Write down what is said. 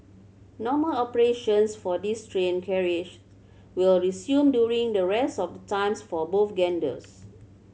normal operations for these train carriages will resume during the rest of the times for both genders